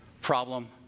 Problem